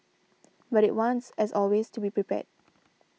but it wants as always to be prepared